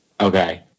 Okay